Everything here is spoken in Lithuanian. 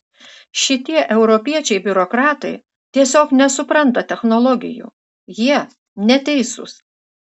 šitie europiečiai biurokratai tiesiog nesupranta technologijų jie neteisūs